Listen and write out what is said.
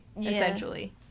essentially